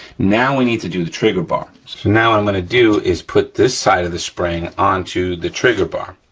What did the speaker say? now, we need to do the trigger bar. so now, what i'm gonna do, is put this side of the spring on to the trigger bar,